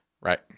Right